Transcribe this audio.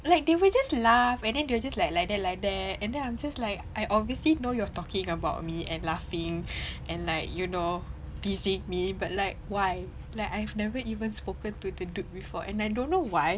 like they will just laugh and then they will just like like that like that and then I'm just like I obviously know you you're talking about me and laughing and like you know teasing me but like why like I've never even spoken to the dude before and I don't know why